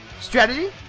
strategy